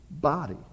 Body